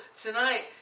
tonight